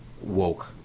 woke